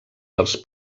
dels